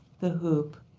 the hoop,